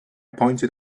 pointed